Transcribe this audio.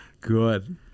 Good